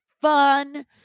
fun